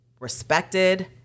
respected